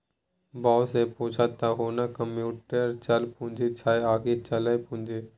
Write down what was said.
बौआ सँ पुछू त हुनक कम्युटर चल पूंजी छै आकि अचल पूंजी